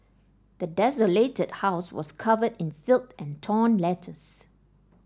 the desolated house was covered in filth and torn letters